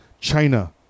China